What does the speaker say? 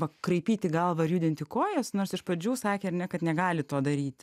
pakraipyti galvą ir judinti kojas nors iš pradžių sakė ane kad negali to daryt